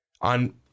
On